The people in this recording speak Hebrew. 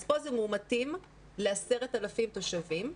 אז פה זה מאומתים ל-10,000 תושבים.